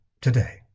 Today